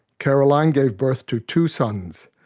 caroline gave birth to two sons,